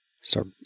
Start